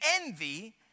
envy